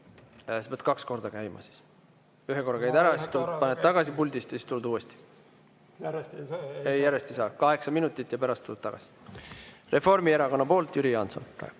Sa pead kaks korda käima siis. Ühe korra käid ära, lähed tagasi puldist ja siis tuled uuesti. Järjest ei saa. Kaheksa minutit ja pärast tuled tagasi. Reformierakonna nimel Jüri Jaanson.